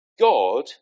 God